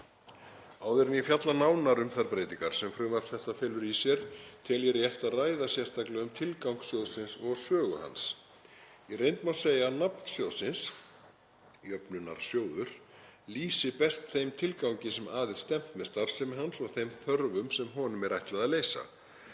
Áður en ég fjalla nánar um þær breytingar sem frumvarp þetta felur í sér tel ég rétt að ræða sérstaklega um tilgang sjóðsins og sögu hans. Í reynd má segja að nafn sjóðsins, jöfnunarsjóður, lýsi best þeim tilgangi sem að er stefnt með starfsemi hans og þeim þörfum sem honum er ætlað að leysa.